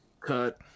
Cut